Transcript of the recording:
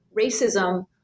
racism